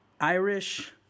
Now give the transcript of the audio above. Irish